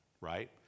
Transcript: right